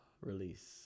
release